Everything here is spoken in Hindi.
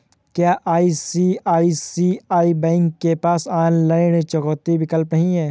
क्या आई.सी.आई.सी.आई बैंक के पास ऑनलाइन ऋण चुकौती का विकल्प नहीं है?